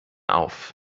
auf